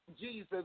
Jesus